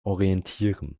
orientieren